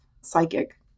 psychic